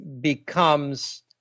becomes